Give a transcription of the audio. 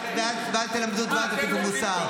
ואל תלמדו ואל תטיפו מוסר.